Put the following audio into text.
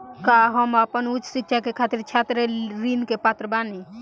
का हम आपन उच्च शिक्षा के खातिर छात्र ऋण के पात्र बानी?